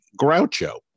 Groucho